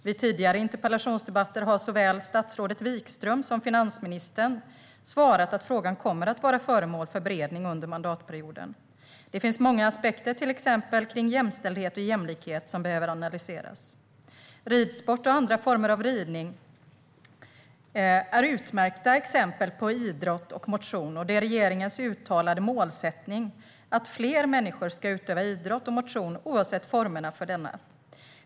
Vid tidigare interpellationsdebatter har såväl statsrådet Wikström som finansministern svarat att frågan kommer att vara föremål för beredning under mandatperioden. Det finns många aspekter, till exempel kring jämställdhet och jämlikhet, som behöver analyseras. Ridsport och andra former av ridning är utmärkta exempel på idrott och motion, och det är regeringens uttalade målsättning att fler människor ska utöva idrott och motion oavsett formerna för detta.